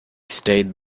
stayed